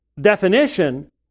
definition